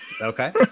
Okay